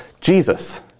Jesus